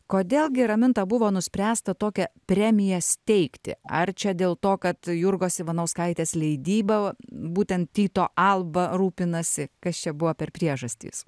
kodėl gi raminta buvo nuspręsta tokią premiją steigti ar čia dėl to kad jurgos ivanauskaitės leidyba būtent tyto alba rūpinasi kas čia buvo per priežastys